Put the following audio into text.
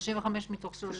35 מתוך 30